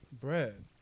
Bread